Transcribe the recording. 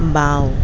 বাঁও